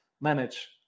manage